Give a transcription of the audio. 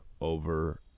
over